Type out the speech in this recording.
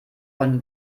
von